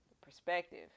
perspective